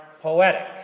poetic